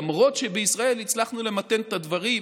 למרות שבישראל הצלחנו למתן את הדברים.